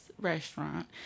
restaurant